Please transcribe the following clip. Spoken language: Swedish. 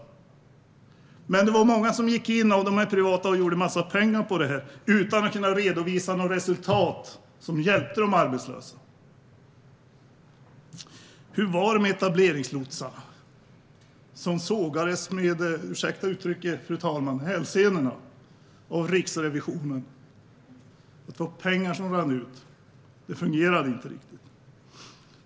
Många av de privata kom in och gjorde en massa pengar utan att kunna redovisa några resultat som hjälpte de arbetslösa. Hur var det med etableringslotsarna? De sågades av Riksrevisionen utmed hälsenorna, om fru talmannen ursäktar uttrycket. Pengar rann ut, och det fungerade inte riktigt.